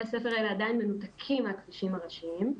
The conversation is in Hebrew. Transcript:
הספר האלה עדיין מנותקים מהכבישים הראשיים.